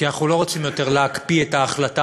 כי אנחנו לא רוצים יותר להקפיא את ההחלטה